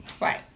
Right